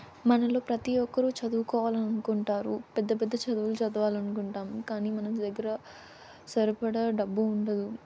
మనలో ప్రతీ ఒక్కరూ చదువుకోవాలనుకుంటారు పెద్ద పెద్ద చదువులు చదవాలనుకుంటాము కానీ మన దగ్గర సరిపడా డబ్బు ఉండదు